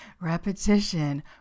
repetition